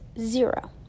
zero